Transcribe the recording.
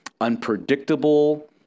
unpredictable